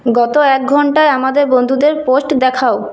গত এক ঘণ্টায় আমাদের বন্ধুদের পোস্ট দেখাও